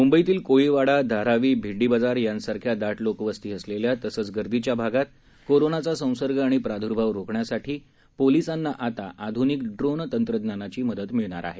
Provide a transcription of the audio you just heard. मुंबईतील कोळीवाडा धारावी भेंडीबाजार त्यांसारख्या दाट लोकवस्ती असलेल्या तसंच गर्दीच्या भागात कोरोनाचा संसर्ग आणि प्राद्भाव रोखण्यासाठी पोलिसांना आता आधुनिक ड्रोन तंत्रज्ञानाची मदत मिळणार आहे